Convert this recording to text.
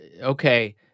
Okay